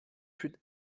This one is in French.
fut